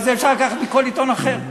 אבל אפשר לקחת את זה מכל עיתון אחר.